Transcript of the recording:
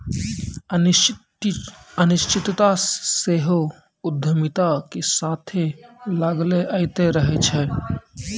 अनिश्चितता सेहो उद्यमिता के साथे लागले अयतें रहै छै